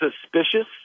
suspicious